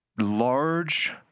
large